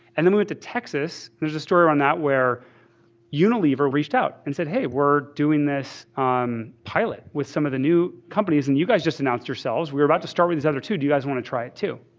and then we went to texas. there's a story on that where unilever reached out and said, aeuroehey, we're doing this on pilot with some of the new companies. and you guys just announced yourselves. we're about to start with these other two. do you guys want to try it too?